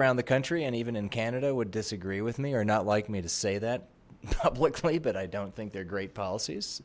around the country and even in canada would disagree with me or not like me to say that publicly but i don't think they're great policies